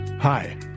Hi